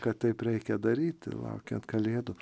kad taip reikia daryti laukiant kalėdų